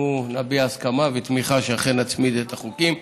אנחנו נביע הסכמה ותמיכה שאכן נצמיד את החוקים.